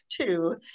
Two